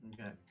Okay